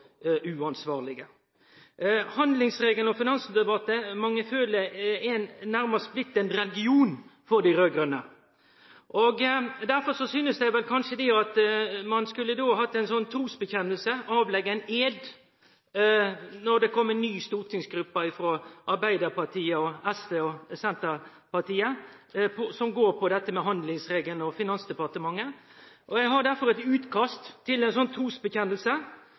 uansvarlege. Handlingsregelen og Finansdepartementet har nærmast blitt ein religion for dei raud-grøne, føler eg. Derfor synest eg kanskje at ein då skulle hatt ei truvedkjenning og framføre ein eid når det kjem nye stortingsgrupper frå Arbeidarpartiet, SV og Senterpartiet, som handlar om handlingsregelen og Finansdepartementet. Eg har derfor eit utkast til